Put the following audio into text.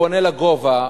בונה לגובה,